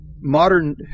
modern